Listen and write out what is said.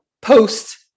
post